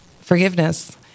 forgiveness